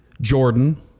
Jordan